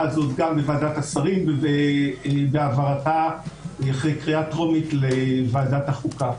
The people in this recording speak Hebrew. הזאת גם בוועדת השרים ובהעברתה אחרי קריאה טרומית לוועדת החוקה.